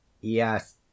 Yes